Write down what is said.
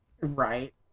Right